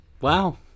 Wow